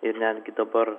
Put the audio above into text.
ir netgi dabar